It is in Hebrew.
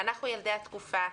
"אנחנו ילדי התקופה.